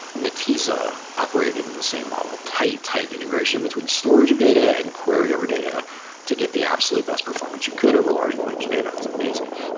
netezza operated in the same model. tight, tight integration between storage of data and query over data to get the absolute best performance you could over large volumes of data. it's amazing.